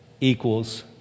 equals